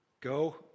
Go